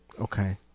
Okay